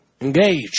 engage